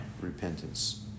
repentance